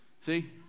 See